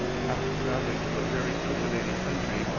after travelling through a very undulating country,